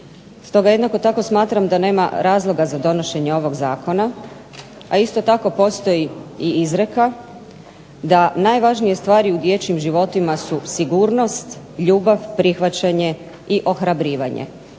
Stoga jednako tako smatram da nema razloga za donošenje ovog zakona, a isto tako postoji i izreka da najvažnije stvari u dječjim životima su sigurnost, ljubav, prihvaćanje i ohrabrivanje,